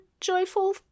joyful